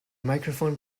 microphone